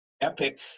epic